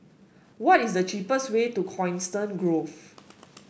what is the cheapest way to Coniston Grove